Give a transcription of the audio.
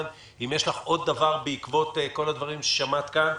להוסיף עוד משהו בעקבות כל הדברים שנשמעו כאן,